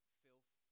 filth